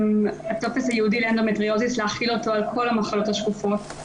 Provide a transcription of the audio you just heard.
הטופס הייעודי לאנדומטריוזיס להחיל אותו על כל המחלות השקופות,